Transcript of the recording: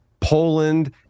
Poland